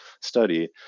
study